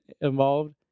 involved